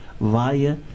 via